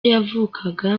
yavukaga